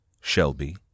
Shelby